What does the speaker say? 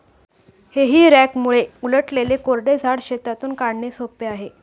हेई रॅकमुळे उलटलेले कोरडे झाड शेतातून काढणे सोपे आहे